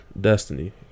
destiny